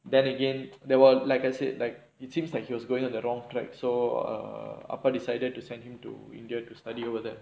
then again that were like I said like it seems like he was going on the wrong track so err அப்பா:appa decided to send him to india to study over there